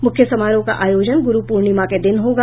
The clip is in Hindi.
मुख्य समारोह का आयोजन गुरु पूर्णिमा के दिन होगा